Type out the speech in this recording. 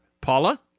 Paula